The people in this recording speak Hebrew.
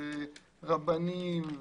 רבנים,